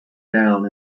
down